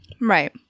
Right